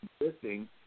existing